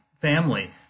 family